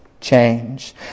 change